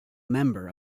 member